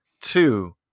two